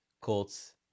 Colts